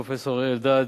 פרופסור אריה אלדד,